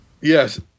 Yes